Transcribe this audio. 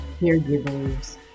caregivers